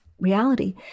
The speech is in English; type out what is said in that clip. reality